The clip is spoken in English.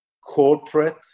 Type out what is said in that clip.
corporate